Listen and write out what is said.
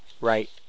Right